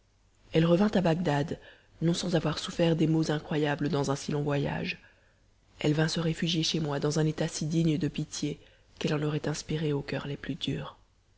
elle revint à bagdad non sans avoir souffert des maux incroyables dans un si long voyage elle vint se réfugier chez moi dans un état si digne de pitié qu'elle en aurait inspiré aux coeurs les plus durs